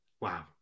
Wow